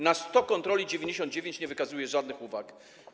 Na 100 kontroli 99 nie wykazuje żadnych uwag.